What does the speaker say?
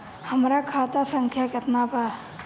हमरा खाता संख्या केतना बा?